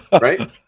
right